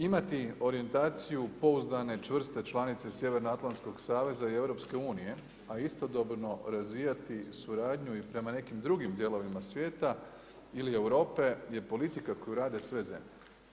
Imati orijentaciju pouzdane čvrste članice Sjevernoatlantskog saveza i EU, a istodobno razvijati suradnju i prema nekim drugim dijelovima svijeta ili Europe je politika koju rade sve zemlje.